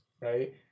right